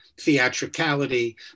theatricality